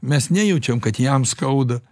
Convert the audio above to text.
mes nejaučiam kad jam skauda